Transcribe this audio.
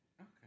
Okay